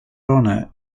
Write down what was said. honour